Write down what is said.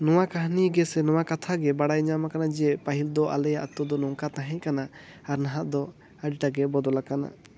ᱱᱚᱣᱟ ᱠᱟᱹᱦᱱᱤ ᱜᱮᱥᱮ ᱱᱚᱣᱟ ᱠᱟᱛᱷᱟ ᱜᱮ ᱵᱟᱲᱟᱭ ᱧᱟᱢ ᱟᱠᱟᱱᱟ ᱡᱮ ᱯᱟᱹᱦᱤᱞ ᱫᱚ ᱟᱞᱮᱭᱟᱜ ᱟᱛᱳ ᱫᱚ ᱱᱚᱝᱠᱟ ᱛᱟᱦᱮᱸ ᱠᱟᱱᱟ ᱟᱨ ᱱᱟᱦᱟᱜ ᱫᱚ ᱟᱹᱰᱤ ᱴᱟᱜ ᱜᱮ ᱵᱚᱫᱚᱞ ᱟᱠᱟᱱᱟ